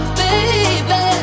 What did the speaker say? baby